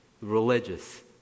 religious